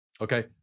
Okay